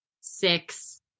six